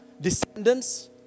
descendants